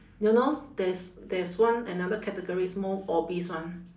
you knows there's there's one another category is more obese [one]